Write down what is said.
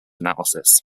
analysis